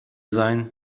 sein